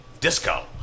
Disco